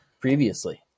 previously